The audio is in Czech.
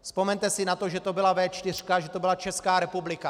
Vzpomeňte si na to, že to byla V4, že to byla Česká republika.